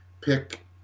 pick